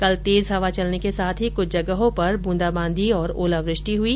कल तेज हवा चलने के साथ ही कुछ जगहों पर बूंदाबांदी और ओलावृष्टि हुई